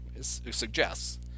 suggests